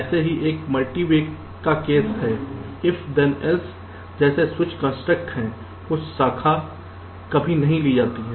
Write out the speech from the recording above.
ऐसा ही एक मल्टीवे का केस है if then else जैसा स्विच कंस्ट्रक्ट है कुछ शाखा कभी नहीं ली जाती है